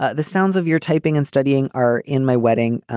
ah the sounds of your typing and studying are in my wedding.